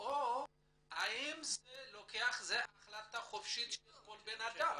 או האם זו החלטה חופשית של כל בנאדם?